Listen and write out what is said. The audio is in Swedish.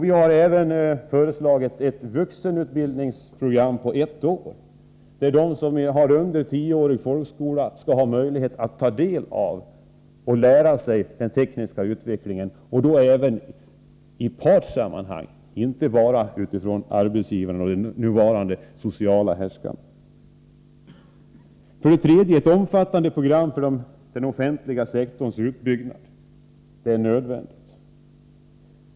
Vi har även föreslagit ett vuxenutbildningsprogram på ett år, där de som har under tioårig folkskola skall ha möjlighet att ta del av och lära sig den tekniska utvecklingen — då även i partssammanhang och inte bara utifrån arbetsgivarna och de nuvarande sociala härskarna. För det tredje är ett omfattande program för den offentliga sektorns uppbyggnad nödvändigt.